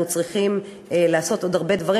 אנחנו צריכים לעשות עוד הרבה דברים.